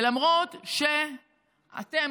ולמרות שאתם,